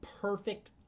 perfect